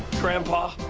grandpa.